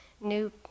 new